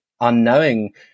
unknowing